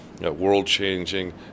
world-changing